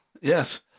Yes